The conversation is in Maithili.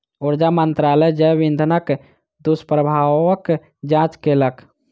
ऊर्जा मंत्रालय जैव इंधनक दुष्प्रभावक जांच केलक